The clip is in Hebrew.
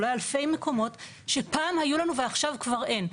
אולי אלפי מקומות שפעם היו לנו ועכשיו כבר אין.